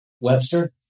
Webster